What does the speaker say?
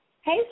Hey